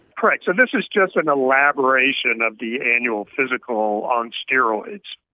correct. so this is just an elaboration of the annual physical, on steroids.